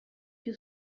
più